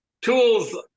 tools